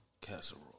casserole